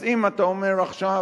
אז אם אתה אומר עכשיו,